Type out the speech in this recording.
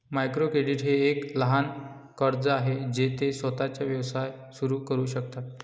micro credit हे एक लहान कर्ज आहे जे ते स्वतःचा व्यवसाय सुरू करू शकतात